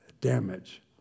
damage